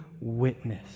witness